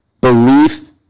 Belief